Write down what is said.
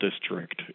district